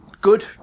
good